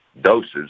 Doses